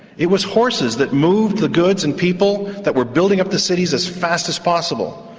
it was horses that move the goods, and people that were building up the cities as fast as possible.